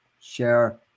share